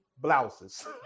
blouses